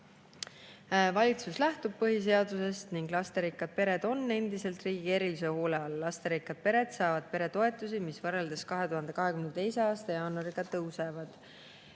Valitsus lähtub põhiseadusest ning lasterikkad pered on endiselt riigi erilise hoole all. Lasterikkad pered saavad peretoetusi, mis võrreldes 2022. aasta jaanuariga tõusevad. Kolmas